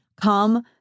come